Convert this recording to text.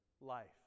life